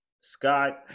Scott